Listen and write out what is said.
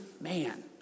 man